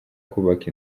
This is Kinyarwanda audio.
kubaka